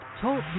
Talk